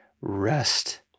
rest